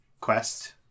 quest